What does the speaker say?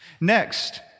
Next